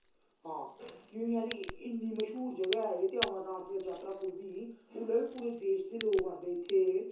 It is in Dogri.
हां कि जानी इन्नी मश्हूर जगह ऐ ते अमरनाथ जात्तरा खुलदी उसलै बी पूरे देश दे लोग आंदे